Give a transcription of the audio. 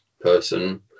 person